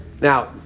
Now